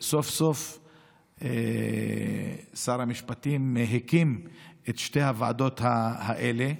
סוף-סוף שר המשפטים הקים את שתי הוועדות האלה.